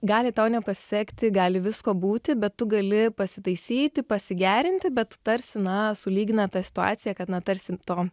gali tau nepasisekti gali visko būti bet tu gali pasitaisyti pasigerinti bet tarsi na sulygina tą situaciją kad na tarsi to